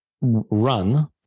run